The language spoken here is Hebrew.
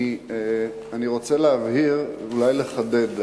אני רוצה להבהיר ואולי לחדד.